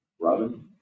Robin